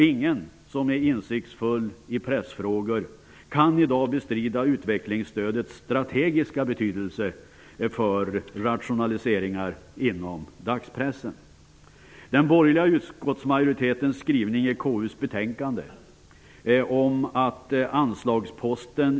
Ingen som är insiktsfull i pressfrågor kan i dag bestrida utvecklingsstödets strategiska betydelse för rationaliseringar inom dagspressen.